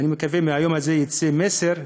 ואני מקווה שמהיום הזה יצא מסר,